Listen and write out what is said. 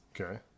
Okay